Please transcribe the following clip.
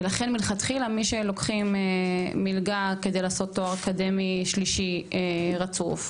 ולכן מלכתחילה מי שלוקח מלגה כדי לעשות תואר אקדמי שלישי רצוף,